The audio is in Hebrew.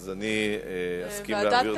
אני אסכים להעביר את זה,